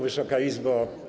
Wysoka Izbo!